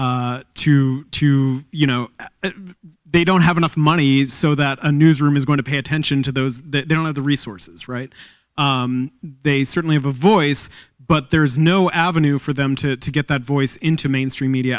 to to to you know they don't have enough money so that a newsroom is going to pay attention to those they don't have the resources right they certainly have a voice but there is no avenue for them to get that voice into mainstream media